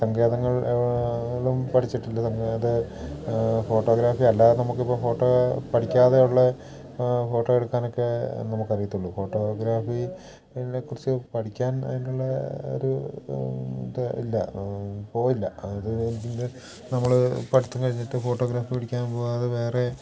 സംങ്കേതങ്ങൾ ളും പഠിച്ചിട്ടില്ല സംങ്കേത ഫോട്ടോഗ്രാഫി അല്ലാതെ നമുക്കിപ്പൊ ഫോട്ടോ പഠിക്കാതെയുള്ള ഫോട്ടോ എടുക്കാനൊക്കെ നമുക്കറിയത്തുള്ളൂ ഫോട്ടോഗ്രാഫി നെക്കുറിച്ച് പഠിക്കാൻ അതിനുള്ള ഒരു ഇത് ഇല്ല പോയില്ല അതായത് പിന്നെ നമ്മൾ പഠിത്തം കഴിഞ്ഞിട്ട് ഫോട്ടോഗ്രാഫി പഠിക്കാൻ പോവാതെ വേറെ